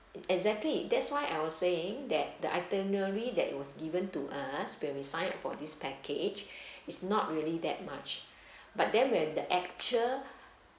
exactly that's why I was saying that the itinerary that it was given to us when we sign up for this package is not really that much but then when the actual